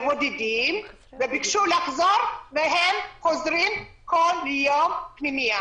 הם ביקשו לחזור והם חוזרים כל יום לפנימייה.